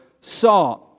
saw